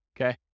okay